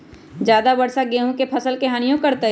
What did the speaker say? ज्यादा वर्षा गेंहू के फसल के हानियों करतै?